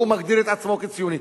והוא מגדיר את עצמו ציוני.